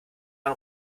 man